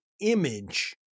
image